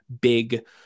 big